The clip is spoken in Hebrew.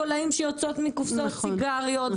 את התולעים שיוצאות מקופסת סיגריות,